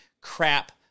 crap